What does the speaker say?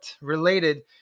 related